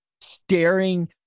staring